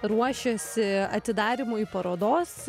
ruošiasi atidarymui parodos